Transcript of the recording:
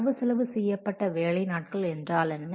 வரவு செலவு செய்யப்பட்ட வேலை நாட்கள் என்றால் என்ன